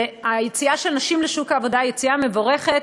והיציאה של נשים לשוק העבודה היא יציאה מבורכת,